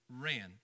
ran